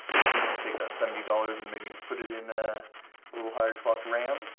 do you think you take that seventy dollars and maybe put it in a little higher o'clock tram?